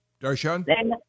Darshan